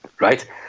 right